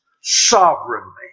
sovereignly